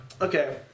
Okay